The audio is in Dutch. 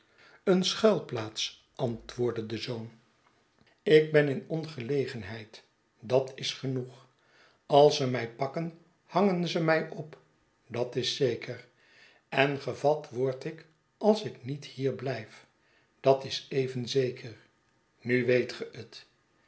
een schuilplaats antwoordde de zoon ik ben in ongelegenheid dat is genoeg als ze mij pakken hangen ze mij op dat is zeker en gevat word ik als ik niet hier blijf dat is even zeker nu weet ge t